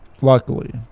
Luckily